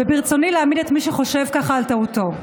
וברצוני להעמיד את מי שחושב כך על טעותו.